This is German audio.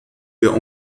wir